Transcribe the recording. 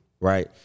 right